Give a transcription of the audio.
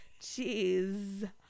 Jeez